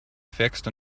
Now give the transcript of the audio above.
fixed